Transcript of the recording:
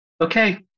okay